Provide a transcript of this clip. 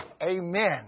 Amen